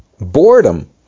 boredom